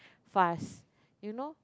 fast you know